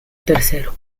tercero